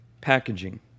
packaging